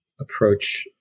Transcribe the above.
approach